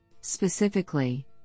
Specifically